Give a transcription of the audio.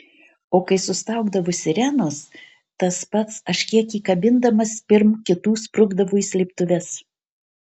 o kai sustaugdavo sirenos tas pats aš kiek įkabindamas pirm kitų sprukdavau į slėptuves